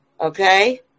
Okay